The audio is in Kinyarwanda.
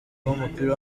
w’umupira